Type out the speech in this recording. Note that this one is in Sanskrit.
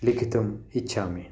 लिखितुम् इच्छामि